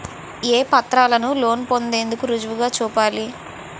ఏ పత్రాలను లోన్ పొందేందుకు రుజువుగా చూపాలి?